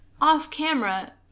off-camera –